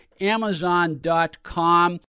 Amazon.com